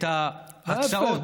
ההפך,